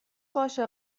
باشه